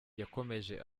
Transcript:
yakomeje